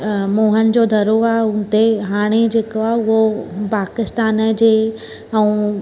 मोहन जो दड़ो आहे हू हुते हाणे जेको आहे उहो पाकिस्तान जी ऐं